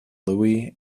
louis